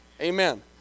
Amen